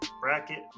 Bracket